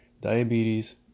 diabetes